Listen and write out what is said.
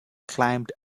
climbed